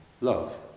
Love